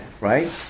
right